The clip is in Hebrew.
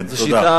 כן, תודה.